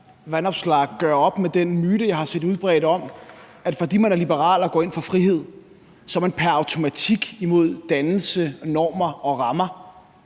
Vanopslagh gør op med den myte, jeg har set udbredt, om, at fordi man er liberal og går ind for frihed, så er man pr. automatik imod dannelse, normer og rammer.